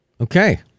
Okay